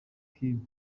kim